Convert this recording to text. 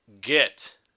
get